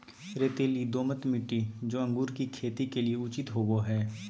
रेतीली, दोमट मिट्टी, जो अंगूर की खेती के लिए उचित होवो हइ